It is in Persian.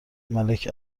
ملک